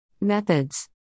Methods